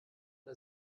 der